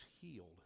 healed